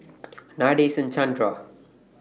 Nadasen Chandra